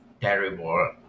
terrible